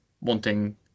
wanting